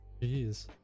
Jeez